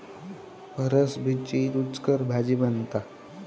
फरसबीची रूचकर भाजी बनता